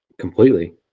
Completely